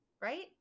right